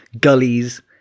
gullies